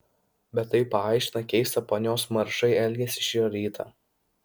bet tai paaiškina keistą ponios maršai elgesį šį rytą